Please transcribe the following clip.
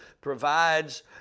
provides